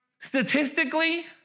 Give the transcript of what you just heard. statistically